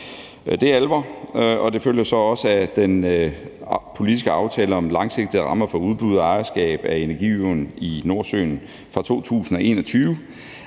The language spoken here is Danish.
Det er alvor, og det følger også af den politiske aftale om langsigtede rammer for udbud og ejerskab af energiøen i Nordsøen fra 2021,